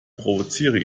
provoziere